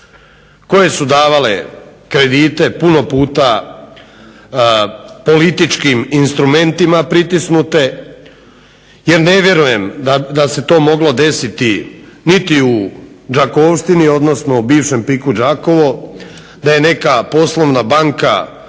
koje su davale kredite puno puta političkim instrumentima pritisnute jer ne vjerujem da se to moglo desiti niti u Đakovštini odnosno bivšem PIK Đakovo da je neka poslovna banka